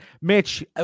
Mitch